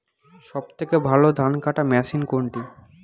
সবথেকে ভালো ধানকাটা মেশিন কোনটি?